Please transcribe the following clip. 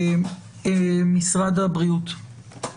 משרד הבריאות, בבקשה.